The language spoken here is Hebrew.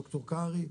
דוקטור קרעי,